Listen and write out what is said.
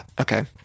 Okay